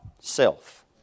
self